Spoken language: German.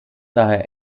daher